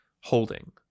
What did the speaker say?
holding